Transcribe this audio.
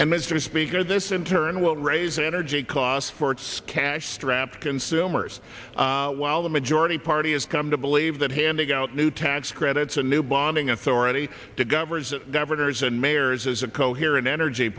and mr speaker this in turn will raise energy costs for its cash strapped consumers while the majority party has come to believe that handing out new tax credits and new bonding authority to governors governors and mayors has a coherent energy